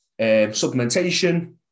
supplementation